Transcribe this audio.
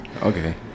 Okay